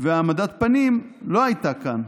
העמדת פנים לא הייתה כאן".